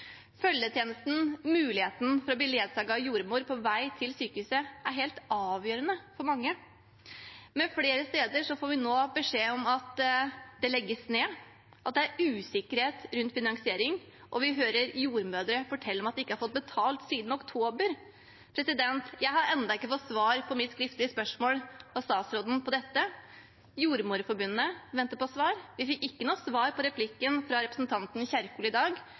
Følgetjenesten, muligheten for å bli ledsaget av jordmor på vei til sykehuset, er helt avgjørende for mange. Men flere steder får vi nå beskjed om at det legges ned, at det er usikkerhet rundt finansiering, og vi hører jordmødre fortelle om at de ikke har fått betalt siden oktober. Jeg har ennå ikke fått svar på mitt skriftlige spørsmål til statsråden om dette. Jordmorforbundet venter på svar. Vi fikk ikke noe svar på replikken fra representanten Kjerkol i dag.